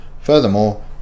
Furthermore